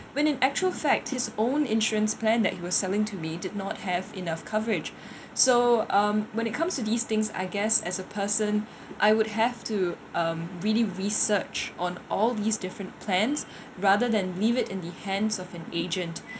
when in actual fact his own insurance plan that he was selling to me did not have enough coverage so um when it comes to these things I guess as a person I would have to um really research on all these different plans rather than leave it in the hands of an agent